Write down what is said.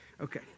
Okay